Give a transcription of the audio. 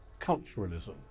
culturalism